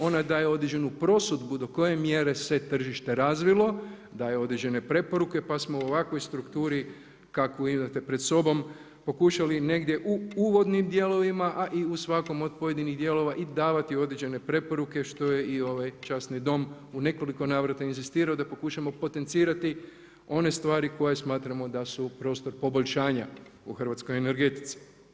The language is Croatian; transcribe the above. Ona daje određenu prosudbu do koje mjere se tržišno razvilo, daje određene preporuke, pa smo u ovakvoj strukturi kakvu imate pred sobom pokušali negdje u uvodnim dijelovima, a i u svakom od pojedinih dijelova i davati određene preporuke što je i ovaj časni Dom u nekoliko navrata inzistirao, da pokušamo potencirati one stvari koje smatramo da su prostor poboljšanja u hrvatskoj energetici.